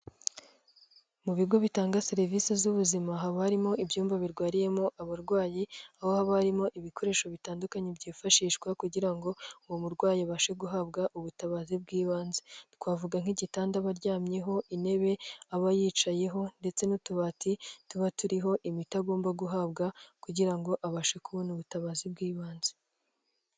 Mu bigo bitanga serivisi z'ubuzima, haba harimo ibyumba birwariyemo abarwayi, aho haba harimo ibikoresho bitandukanye byifashishwa kugira ngo uwo murwayi abashe guhabwa ubutabazi bw'ibanze, twavuga nk'igitanda aba aryamyeho, intebe aba yicayeho ndetse n'utubati tuba turiho imiti agomba guhabwa kugira ngo abashe kubona ubutabazi bw'ibanze.